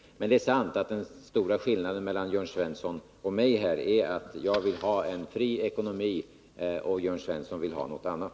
Det är sant att den stora skillnaden mellan Jörn Svensson och mig i detta sammanhang är att jag vill ha en fri ekonomi, medan Jörn Svensson vill ha något annat.